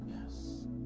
Yes